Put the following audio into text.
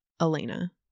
Elena